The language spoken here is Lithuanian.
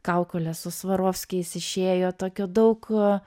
kaukolės su svarovskiais išėjo tokio daug